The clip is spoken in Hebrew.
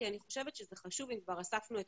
כי אני חושבת שזה חשוב אם כבר אספנו את